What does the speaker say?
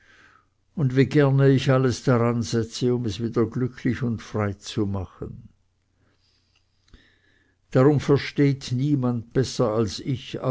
und wie gern ich alles daransetze um es wieder glücklich und frei zu machen darum versteht niemand besser als ich